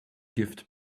gift